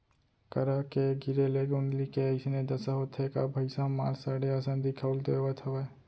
करा के गिरे ले गोंदली के अइसने दसा होथे का भइया मार सड़े असन दिखउल देवत हवय